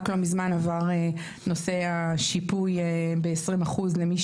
לא מזמן עבר נושא השיפוי ב-20% למי